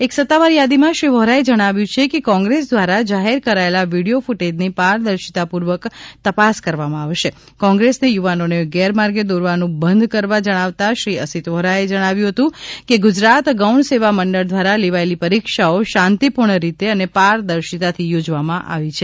એક સત્તાવાર યાદીમાં શ્રી વોરાએ જણાવ્યું છે કે કોંગ્રેસ દ્વારા જાહેર કરાયેલા વિડીયો કુટેજની પારદર્શિતાપૂર્વક તપાસ કરવામાં આવશે કોન્ગ્રેસને યુવાનોને ગેરમાર્ગે દોરવાનું બંધ કરવા જણાવતા શ્રી આસિત વોરાએ જણાવ્યું હતું કે ગુજરાત ગૌણ સેવા મંડળ દ્વારા લેવાયેલી પરીક્ષાઓ શાંતિ પૂર્ણ રીતે અને પારદર્શિતા થી યોજવામાં આવી છે